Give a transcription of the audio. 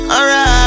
Alright